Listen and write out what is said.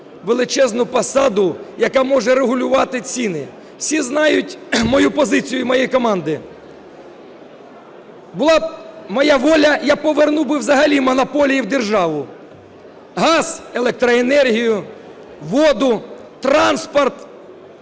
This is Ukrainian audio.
величезну посаду, яка може регулювати ціни. Всі знають мою позицію і моєї команди. Була б моя воля, я повернув би взагалі монополії в державу – газ, електроенергію, воду, транспорт,